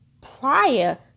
prior